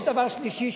יש דבר שלישי,